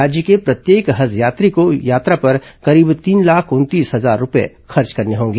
राज्य के प्रत्येक हज यात्री को यात्रा पर करीब तीन लाख उनतीस हजार रूपये खर्च करने होंगे